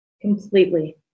Completely